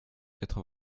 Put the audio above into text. quatre